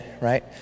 right